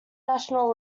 national